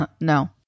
No